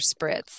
spritz